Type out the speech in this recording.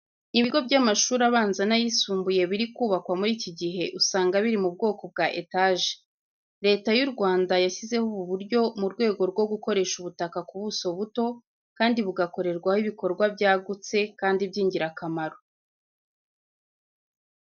Ibigo by'amashuri abanza n'ayisumbuye biri kubakwa muri iki gihe, usanga biri mu bwoko bwa etaje. Leta y'u Rwanda yashyizeho ubu buryo mu rwego rwo gukoresha ubutaka ku buso buto, kandi bugakorerwaho ibikorwa byagutse kandi by'ingirakamaro.